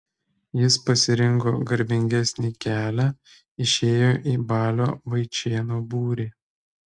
jis pasirinko garbingesnį kelią išėjo į balio vaičėno būrį